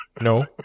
No